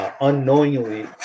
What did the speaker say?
unknowingly